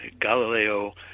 Galileo